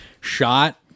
shot